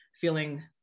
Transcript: feeling